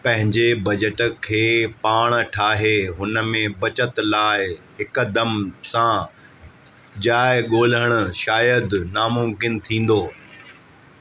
पंहिंजे बजट खे पाण ठाहे हुन में बचत लाइ हिकदमि सां जाइ ॻोल्हणु शायदि नामुमक़िन थींदो